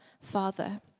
Father